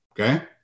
Okay